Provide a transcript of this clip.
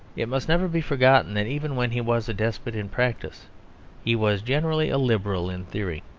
it must never be forgotten that even when he was a despot in practice he was generally a liberal in theory.